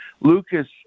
Lucas